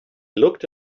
looked